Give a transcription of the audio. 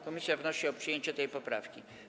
Komisja wnosi o przyjęcie tej poprawki.